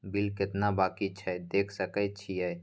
Bill केतना बाँकी छै देख सके छियै?